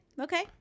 Okay